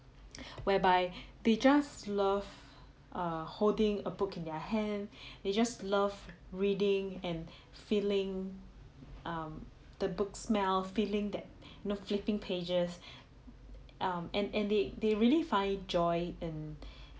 whereby they just love err holding a book in their hand they just love reading and feeling um the books smell feeling that you know flipping pages um and and they they really find joy in